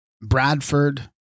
Bradford